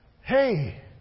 Hey